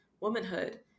womanhood